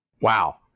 wow